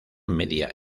media